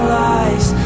lies